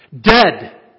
Dead